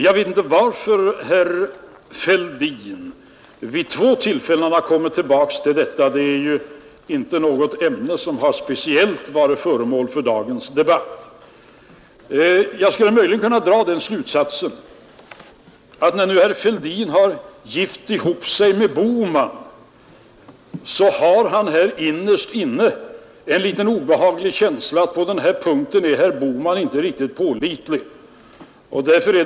Jag vet inte varför herr Fälldin kom tillbaka till detta vid två tillfällen; det är ju inte ett ämne som speciellt har varit föremål för dagens debatt. Möjligen skulle jag kunna dra den slutsatsen att herr Fälldin nu, när han har gift ihop sig med herr Bohman, innerst inne har en litet obehaglig känsla av att herr Bohman inte är riktigt pålitlig på denna punkt.